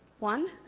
one